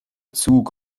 zug